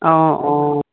অঁ অঁ